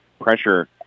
pressure